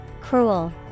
Cruel